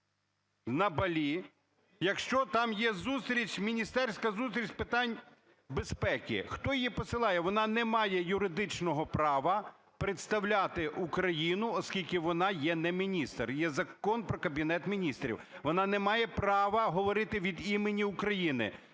на Балі, якщо там є зустріч, міністерська зустріч з питань безпеки? Хто її посилає? Вона не має юридичного права представляти Україну, оскільки вона є не міністр, є Закон про Кабінет Міністрів. Вона не має права говорити від імені України.